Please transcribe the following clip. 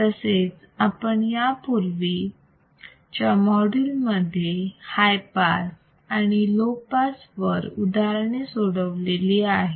तसेच आपण यापूर्वीच्या मॉड्यूलमध्ये हाय पास आणि लो पास फिल्टर वर उदाहरणे सोडवली आहेत